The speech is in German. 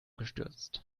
gestürzt